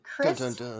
Chris